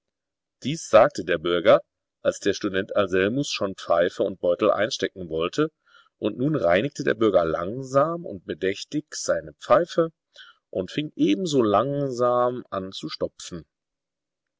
dies sagte der bürger als der student anselmus schon pfeife und beutel einstecken wollte und nun reinigte der bürger langsam und bedächtig seine pfeife und fing ebenso langsam an zu stopfen